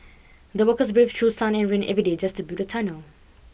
the workers braved through sun and rain every day just to build the tunnel